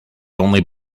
only